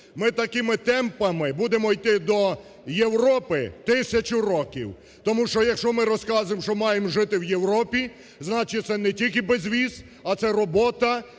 Ми такими темпами будемо йти до Європи тисячу років. Тому що якщо ми розказуємо, що маємо жити в Європі, значить, це не тільки безвіз, а це робота